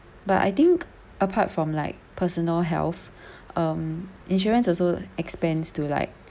but I think apart from like personal health um insurance also expands to like